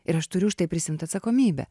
ir aš turiu už tai prisiimt atsakomybę